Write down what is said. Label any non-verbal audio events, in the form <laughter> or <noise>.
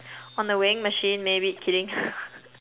on the weighing machine maybe kidding <laughs>